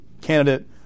candidate